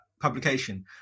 publication